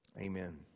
Amen